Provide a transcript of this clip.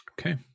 Okay